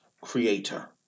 creator